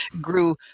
grew